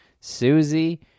Susie